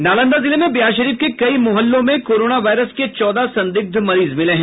नालंदा जिले में बिहारशरीफ के कई मुहल्लों में कोरोना वायरस के चौदह संदिग्ध मरीज मिले हैं